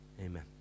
Amen